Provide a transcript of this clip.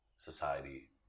Society